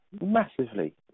massively